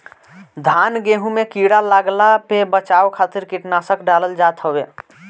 धान गेंहू में कीड़ा लागला पे बचाव खातिर कीटनाशक डालल जात हवे